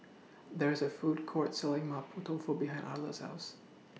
There IS A Food Court Selling Mapo Tofu behind Arla's House